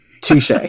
Touche